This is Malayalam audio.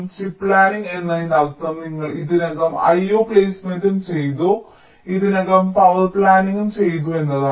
ചിപ്പ് പ്ലാനിംഗ് എന്നതിനർത്ഥം നിങ്ങൾ ഇതിനകം IO പ്ലെയ്സ്മെന്റ് ചെയ്തു നിങ്ങൾ ഇതിനകം പവർ പ്ലാനിംഗ് ചെയ്തു എന്നാണ്